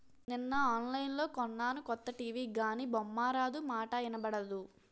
నిన్న ఆన్లైన్లో కొన్నాను కొత్త టీ.వి గానీ బొమ్మారాదు, మాటా ఇనబడదు